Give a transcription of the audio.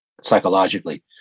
psychologically